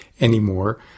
anymore